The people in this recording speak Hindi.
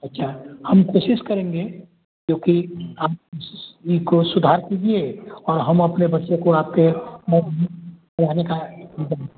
अच्छा हम कोशिश करेंगे क्योंकि आप इसको सुधार कीजिए और हम अपने बच्चे को आपके में रहने का इंतजाम करें